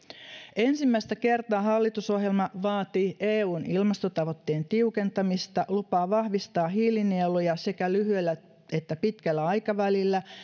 ensimmäistä kertaa hallitusohjelma vaatii eun ilmastotavoitteen tiukentamista ja lupaa vahvistaa hiilinieluja sekä lyhyellä että pitkällä aikavälillä